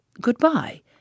Good-bye